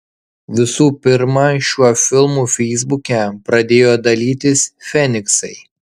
visų pirma šiuo filmu feisbuke pradėjo dalytis feniksai